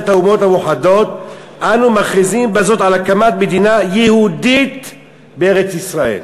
האומות המאוחדות אנו מכריזים בזאת על הקמת מדינה יהודית בארץ-ישראל".